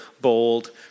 bold